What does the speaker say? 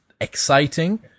exciting